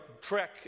trek